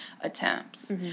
attempts